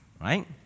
Right